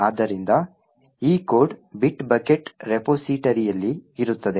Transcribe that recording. ಆದ್ದರಿಂದ ಈ code Bitbucket ರೆಪೊಸಿಟರಿಯಲ್ಲಿ ಇರುತ್ತದೆ